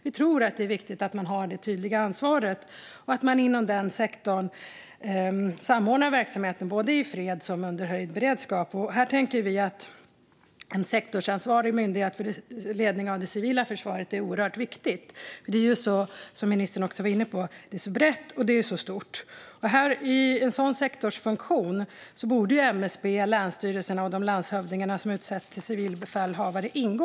Vi tror att det är viktigt att ha ett tydligt ansvar och att man inom denna sektor samordnar verksamheten såväl i fred som under höjd beredskap. Vi tänker att en sektorsansvarig myndighet för ledning av det civila försvaret är viktigt. För som ministern var inne på är det brett och stort. I en sådan sektorsfunktion borde MSB, länsstyrelserna och de landshövdingar som utsetts till civilbefälhavare ingå.